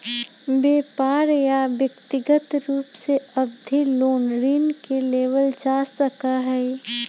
व्यापार या व्यक्रिगत रूप से अवधि लोन ऋण के लेबल जा सका हई